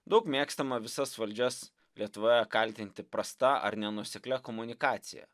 daug mėgstama visas valdžias lietuvoje kaltinti prasta ar nenuoseklia komunikacija